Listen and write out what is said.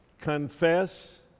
Confess